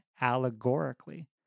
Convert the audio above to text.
allegorically